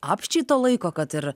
apsčiai to laiko kad ir